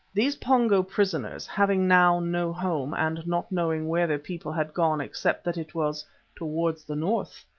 these pongo prisoners, having now no home, and not knowing where their people had gone except that it was towards the north,